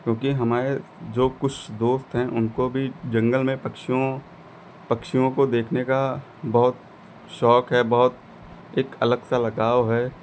क्योंकि हमारे जो कुछ दोस्त हैं उनको भी जंगल में पक्षियों पक्षियों को देखने का बहुत शौक है बहुत एक अलग सा लगाव है